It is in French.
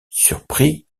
surpris